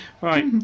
Right